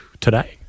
today